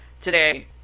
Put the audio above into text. today